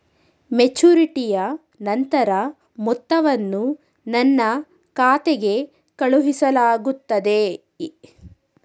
ಮೆಚುರಿಟಿಯ ನಂತರ ಮೊತ್ತವನ್ನು ನನ್ನ ಖಾತೆಗೆ ಕಳುಹಿಸಲಾಗುತ್ತದೆಯೇ?